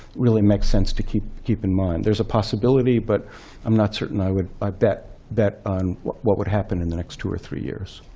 really makes sense to keep keep in mind. there's a possibility. but i'm not certain i would bet bet on what would happen in the next two or three years.